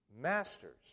masters